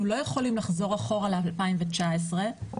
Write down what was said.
אנחנו לא יכולים לחזור אחורה ל-2019 וללכת